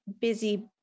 busy